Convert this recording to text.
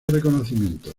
reconocimientos